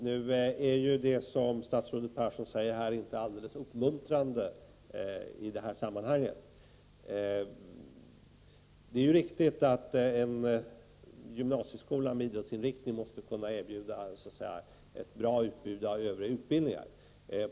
Nu är ju det som statsrådet säger här inte alls uppmuntrande i detta sammanhang. Det är riktigt att en gymnasieskola med idrottsinriktning måste kunna erbjuda ett bra utbud av övriga utbildningar.